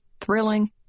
thrilling